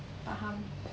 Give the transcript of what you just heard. faham